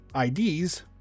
IDs